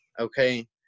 Okay